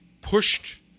pushed